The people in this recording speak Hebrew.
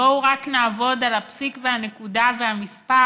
בואו רק נעבוד על הפסיק ועל הנקודה ועל המספר